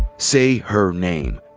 say her name,